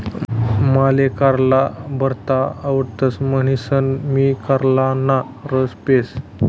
माले कारला भरता आवडतस म्हणीसन मी कारलाना रस पेस